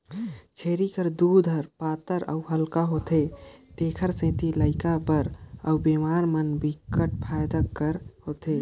छेरी कर दूद ह पातर अउ हल्का होथे तेखर सेती लइका बर अउ बेमार मन बर बिकट फायदा कर होथे